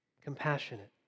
compassionate